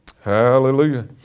Hallelujah